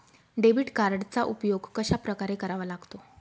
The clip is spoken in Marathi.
डेबिट कार्डचा उपयोग कशाप्रकारे करावा लागतो?